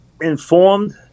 informed